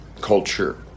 culture